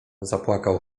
zapłakał